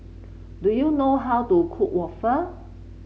do you know how to cook waffle